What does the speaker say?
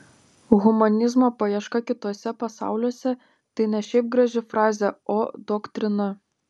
humanizmo paieška kituose pasauliuose tai ne šiaip graži frazė o doktrina